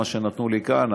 מה שנתנו לי כאן,